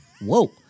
Whoa